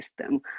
system